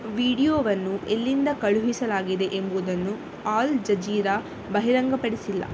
ವಿಡಿಯೋವನ್ನು ಎಲ್ಲಿಂದ ಕಳುಹಿಸಲಾಗಿದೆ ಎಂಬುದನ್ನು ಆಲ್ ಜಜೀರಾ ಬಹಿರಂಗಪಡಿಸಿಲ್ಲ